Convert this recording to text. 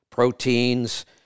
Proteins